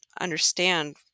understand